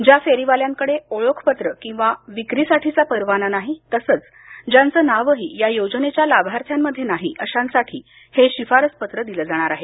ज्या फेरीवाल्यांकडे ओळख पत्र आणि विक्रीसाठीचा परवाना नाही तसंच ज्याचं नावही या योजनेच्या लाभार्थ्यांमध्ये नाही अशांसाठी हे शिफारस पत्र दिल जाणार आहे